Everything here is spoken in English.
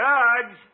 Judge